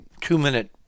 two-minute